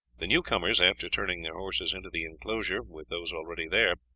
the new-comers, after turning their horses into the inclosure with those already there,